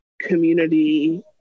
community